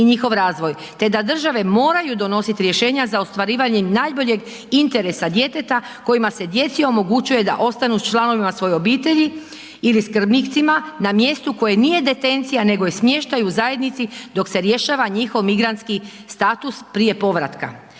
i njihov razvoj, te da države moraju donosit rješenja za ostvarivanje najboljeg interesa djeteta kojima se djeci omogućuje da ostanu s članovima svojih obitelji ili skrbnicima na mjestu koje nije detencija nego je smještaj u zajednici dok se rješava njihov migrantski status prije povratka.